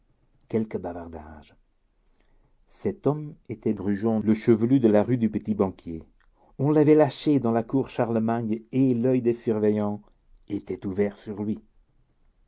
quelque bavardage cet homme était brujon le chevelu de la rue du petit-banquier on l'avait lâché dans la cour charlemagne et l'oeil des surveillants était ouvert sur lui